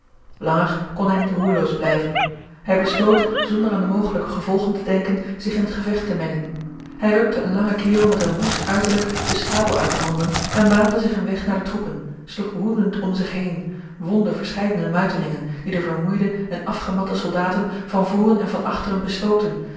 langer kon hij niet roerloos blijven hij besloot zonder aan de mogelijke gevolgen te denken zich in het gevecht te mengen hij rukte een langen kerel met een woest uiterlijk de sabel uit de handen en baande zich een weg naar de troepen sloeg woedend om zich heen wondde verscheidene muitelingen die de vermoeide en afgematte soldaten van voren en van achteren bestookten